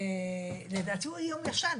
לדעתי הוא איום ישן,